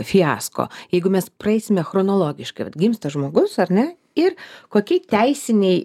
fiasko jeigu mes praeisime chronologiškai vat gimsta žmogus ar ne ir kokie teisiniai